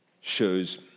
shows